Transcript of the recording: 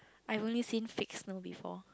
I only seen fake snow before